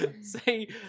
Say